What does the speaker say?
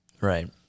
Right